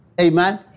Amen